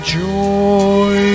joy